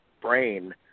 brain